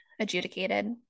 adjudicated